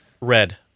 Red